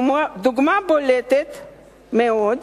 דוגמה בולטת מאוד,